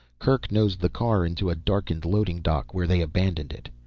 kerk nosed the car into a darkened loading dock where they abandoned it.